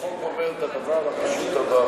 החוק אומר את הדבר הפשוט הבא: